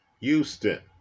Houston